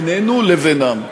בינינו לבינם,